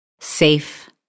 safe